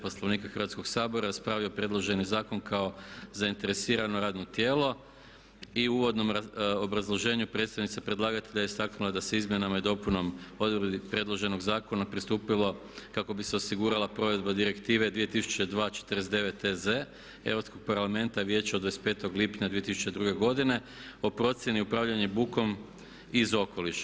Poslovnika Hrvatskoga sabora raspravio je predloženi zakon kao zainteresirano radno tijelo i u uvodnom obrazloženju predstavnica predlagatelja je istaknula da se izmjenama i dopunom odredbi predloženog zakona pristupilo kako bi se osigurala provedba direktive 2002/49/EZ Europskog parlamenta i Vijeća od 25. lipnja 2002. godine o procjeni upravljanja bukom iz okoliša.